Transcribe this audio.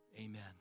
Amen